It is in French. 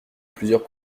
plusieurs